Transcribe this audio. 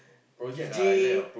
D_J